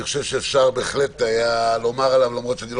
אני חושב שאפשר בהחלט לומר עליו אני לא